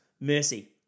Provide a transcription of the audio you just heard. mercy